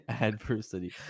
adversity